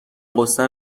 غصه